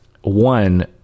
one